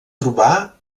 trobar